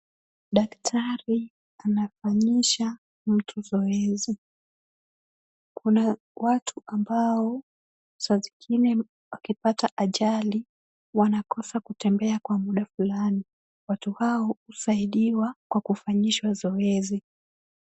Daktari anafanyisha mtu zoezi. Kuna watu ambao saa zingine wakipata ajali wanakosa kutembea kwa muda fulani. Watu hao husaidiwa kwa kufanyishwa zoezi.